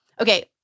Okay